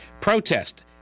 protest